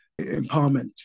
empowerment